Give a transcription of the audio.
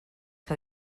que